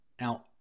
Now